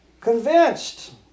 convinced